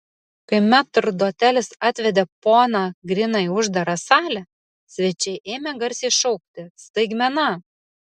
kai metrdotelis atvedė poną griną į uždarą salę svečiai ėmė garsiai šaukti staigmena